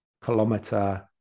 kilometer